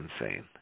insane